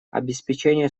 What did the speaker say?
обеспечение